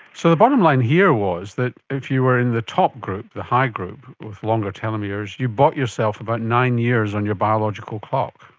so the bottom line here was that if you were in the top group, the high group with longer telomeres, you've bought yourself about nine years on your biological clock,